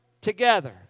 together